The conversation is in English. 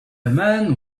man